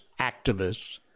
activists